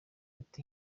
ati